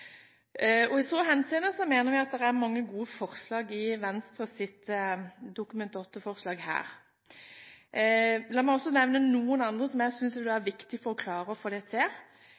i. I så henseende mener vi at det er mange gode forslag i Venstres Dokument 8-forslag her. La meg også nevne noe annet som jeg synes vil være viktig for å klare å få